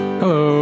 hello